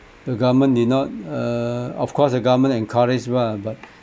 the government did not err of course the government encourage lah but